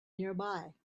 nearby